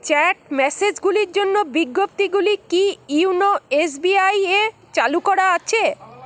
chat মেসেজগুলির জন্য বিজ্ঞপ্তিগুলি কি ইউনো এস বি আইয়ে চালু করা আছে